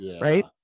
right